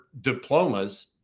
diplomas